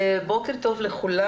בוקר טוב לכולם.